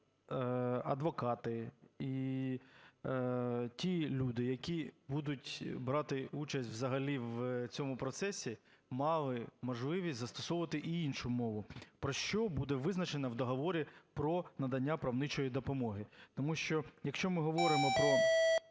адвокати і ті люди, які будуть брати участь взагалі в цьому процесі, мали можливість застосовувати й іншу мову, про що буде визначено в договорі про надання правничої допомоги. Тому що, якщо ми говоримо про